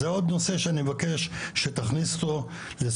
כשאני שומע דברים שהם יכולים להזניק את העיר,